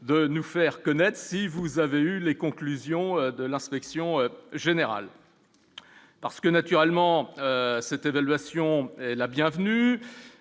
de nous faire connaître, si vous avez eu les conclusions de l'inspection générale parce que, naturellement, cette évaluation est la bienvenue